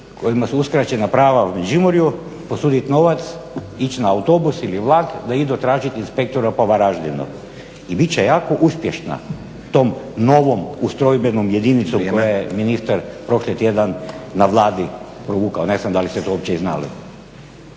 kojima su uskraćena prava u Međimurju posuditi novac, ići na autobus ili vlak da idu tražit inspektora po Varaždinu i bit će jako uspješna tom novom ustrojbenom jedinicom koje je ministar prošli tjedan na Vladi provukao, ne znam da li ste to uopće i znali.